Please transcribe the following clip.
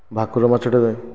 ଭାକୁର ମାଛଟେ